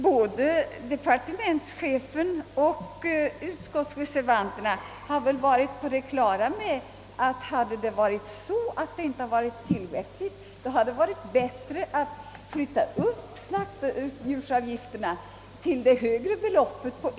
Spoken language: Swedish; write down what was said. Såväl departementschefen som utskottsreservanterna har väl varit på det klara med att om det inte hade varit tillräckligt, skulle det ha varit bättre att omedelbart höja slaktdjursavgifterna till det högre beloppet.